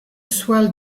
swell